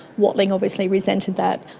watling obviously resented that,